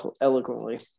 eloquently